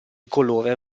colore